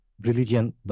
religion